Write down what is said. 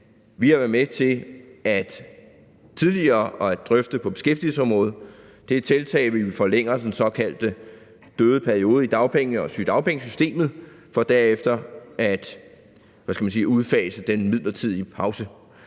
vi har været med til tidligere at drøfte på beskæftigelsesområdet. Det er tiltag, hvor vi forlænger den såkaldte døde periode i dagpenge- og sygedagpengesystemet for derefter at, hvad skal man sige, udfase den midlertidige pause.